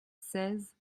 seize